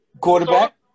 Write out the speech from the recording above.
Quarterback